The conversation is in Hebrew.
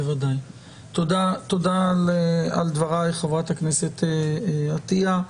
בוודאי, תודה על דברייך, חה"כ עטייה.